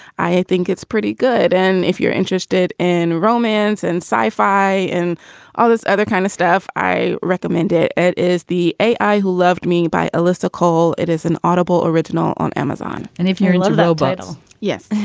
i think it's pretty good. and if you're interested in romance and sci fi and all this other kind of stuff, i recommend it. it is the a i. who loved me by alyssa cole. it is an audible original on amazon. and if you're in love, though, bitel yes.